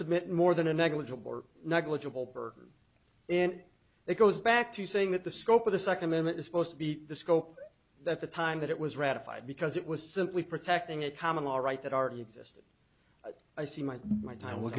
submit more than a negligible or negligible burden and it goes back to saying that the scope of the second amendment is supposed to be the scope that the time that it was ratified because it was simply protecting a common law right that already existed i see my my time w